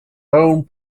owned